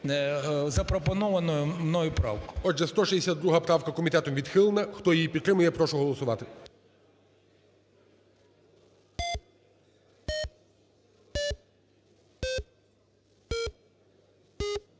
запропоновану мною правку. ГОЛОВУЮЧИЙ. Отже, 162 правка комітетом відхилена. Хто її підтримує, я прошу голосувати.